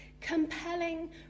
compelling